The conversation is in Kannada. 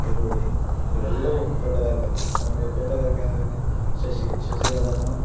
ಈರುಳ್ಳಿ ಇವೆಲ್ಲವೂ ತೋಟಗಾರಿಕೆ ಆಮೇಲೆ ತೋಟಗಾರಿಕೆ ಅಂದ್ರೆ ಶಶಿ ಶಶಿಗಳನ್ನು